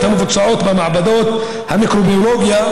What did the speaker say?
המבוצעות במעבדות המיקרוביולוגיה,